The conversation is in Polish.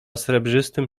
srebrzystym